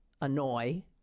annoy